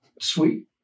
sweet